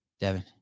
Devin